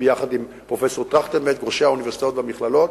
ביחד עם פרופסור טרכטנברג וראשי האוניברסיטאות והמכללות,